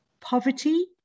poverty